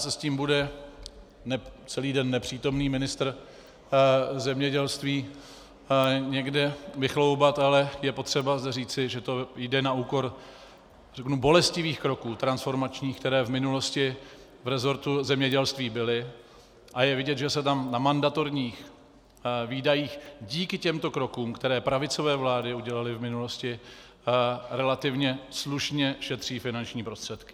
Možná se tím bude celý den nepřítomný ministr zemědělství někde vychloubat, ale je potřeba zde říci, že to jde na úkor bolestivých transformačních kroků, které v minulosti v rezortu zemědělství byly, a je vidět, že se tam na mandatorních výdajích díky těmto krokům, které pravicové vlády udělaly v minulosti, relativně slušně šetří finanční prostředky.